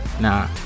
Nah